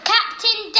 Captain